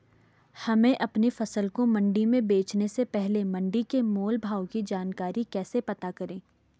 हमें अपनी फसल को मंडी में बेचने से पहले मंडी के मोल भाव की जानकारी कैसे पता करें?